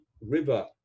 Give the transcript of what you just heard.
river